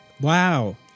Wow